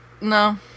No